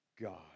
God